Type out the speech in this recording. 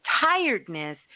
tiredness